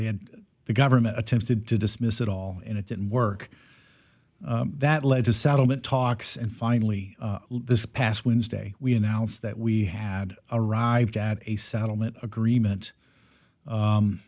they had the government attempted to dismiss it all and it didn't work that led to settlement talks and finally this past wednesday we announced that we had arrived at a settlement agreement